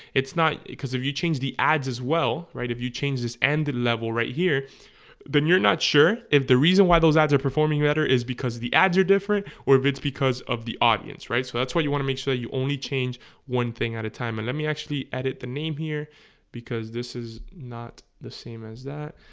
it's not because if you change the ads as well right if you change this end the level right here then you're not sure if the reason why those ads are performing better is because the ads are different or if it's because of the audience right so that's why you want to make sure you only change one thing at a time and let me actually edit the name here because this is not the same as that